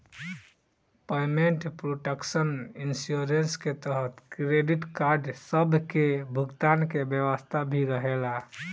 payment protection insurance के तहत credit card सब के भुगतान के व्यवस्था भी रहेला